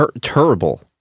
Terrible